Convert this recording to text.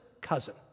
cousin